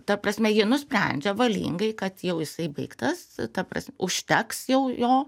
ta prasme ji nusprendžia valingai kad jau jisai baigtas ta prasme užteks jau jo